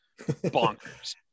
Bonkers